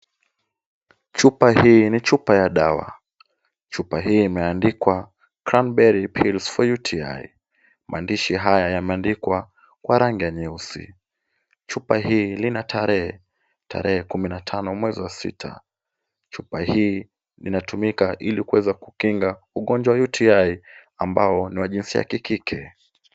Chupa hii ni chupa ya dawa. Chupa hii imeandikwa cram berry pills for UTI. Maandishi haya yameandikwa kwa rangi ya nyeusi. Chupa hii lina tarehe 15th July. Chupa hii linatumika ili kuweza kukinga ugonjwa UTI ambao ni wa jinsia ya kike.